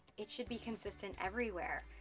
it should be consistent everywhere.